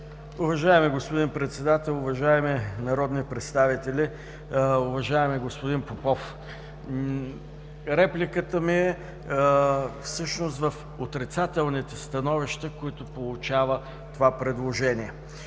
Уважаеми господин Председател, уважаеми народни представители, уважаеми господин Попов! Репликата ми е всъщност в отрицателните становища, които получава това предложение: